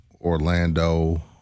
Orlando